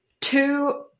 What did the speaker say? two